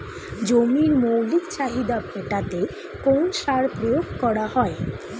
জমির মৌলিক চাহিদা মেটাতে কোন সার প্রয়োগ করা হয়?